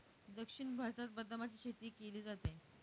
दक्षिण भारतात बदामाची शेती केली जाते